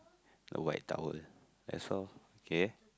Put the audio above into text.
the white tower that's all okay